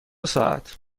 ساعت